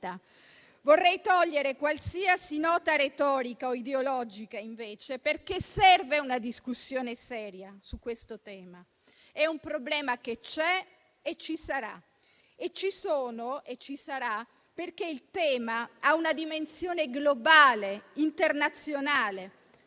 quindi togliere qualsiasi nota retorica o ideologica, perché serve una discussione seria sul tema. È un problema che c'è e ci sarà, perché il tema ha una dimensione globale, internazionale,